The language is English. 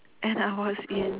and I was in